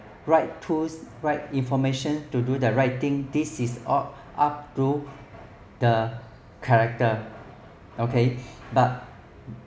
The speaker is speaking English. right tools right information to do the right thing this it's all up to the character okay but